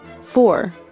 Four